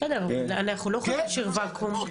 בסדר אנחנו לא חברה של וואקום.